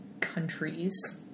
countries